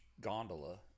gondola